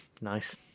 nice